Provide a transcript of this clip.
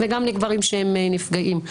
וגם לגברים שהם נפגעים.